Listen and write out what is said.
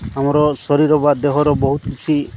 ଆମର ଶରୀର ବା ଦେହର ବହୁତ କିଛି